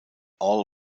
all